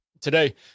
Today